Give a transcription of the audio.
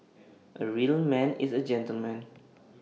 A real man is A gentleman